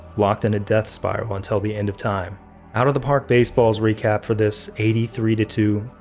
locked in a death spiral until the end of time out of the park baseball's recap for this, eighty three to two,